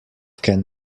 can